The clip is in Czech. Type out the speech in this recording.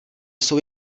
jsou